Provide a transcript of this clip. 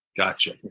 Gotcha